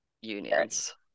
unions